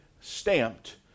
stamped